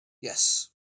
Yes